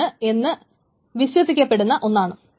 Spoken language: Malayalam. ശരിയാണ് എന്ന് വിശ്വസിക്കപ്പെടുന്ന ഒന്നാണ്